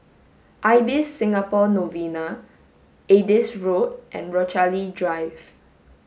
Ibis Singapore Novena Adis Road and Rochalie Drive